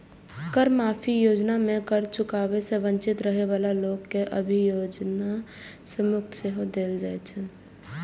कर माफी योजना मे कर चुकाबै सं वंचित रहै बला लोक कें अभियोजन सं मुक्ति सेहो देल जाइ छै